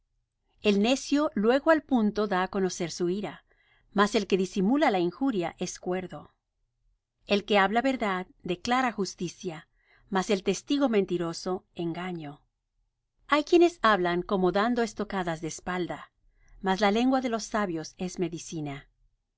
el necio luego al punto da á conocer su ira mas el que disimula la injuria es cuerdo el que habla verdad declara justicia mas el testigo mentiroso engaño hay quienes hablan como dando estocadas de espada mas la lengua de los sabios es medicina